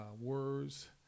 words